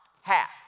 Half